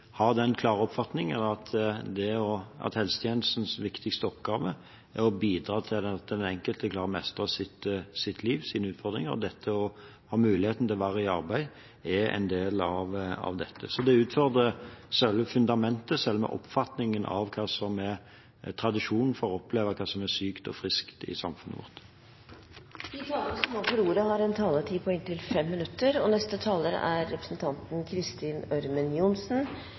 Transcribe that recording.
har den klare oppfatningen at helsetjenestens viktigste oppgave er å bidra til at den enkelte klarer å mestre sitt liv, sine utfordringer. Det å ha mulighet til å være i arbeid, er en del av dette, så det utfordrer selve fundamentet, selve oppfatningen av hva som er tradisjonen for å oppleve hva som er sykt og friskt i samfunnet vårt. Det er en veldig viktig problemstilling representanten Ruth Grung tar opp. Det å være i arbeid er